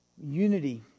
unity